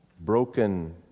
broken